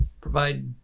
provide